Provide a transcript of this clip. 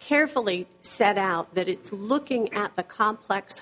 carefully set out that it's looking at the complex